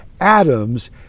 atoms